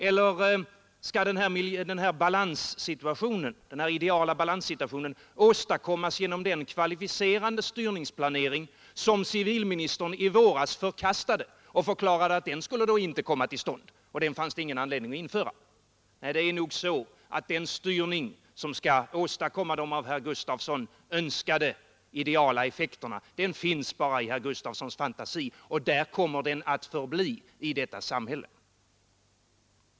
Eller skall den ideala balanssituationen åstadkommas genom den kvalificerande styrningsplanering som civilministern i våras förkastade och förklarade att det inte finns anledning att införa? Nej, den styrning som skall åstadkomma de av herr Gustafson önskade ideala effekterna finns bara i herr Gustafsons fantasi, och där kommer den att förbli i detta samhälle.